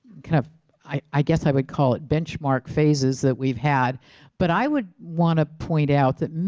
kind of i guess i would call it benchmark phases that we've had but i would want to point out that,